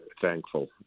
thankful